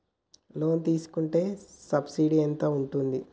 Loan తీసుకుంటే subsidy ఎంత ఉంటది?